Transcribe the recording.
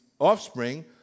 offspring